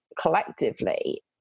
collectively